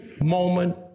moment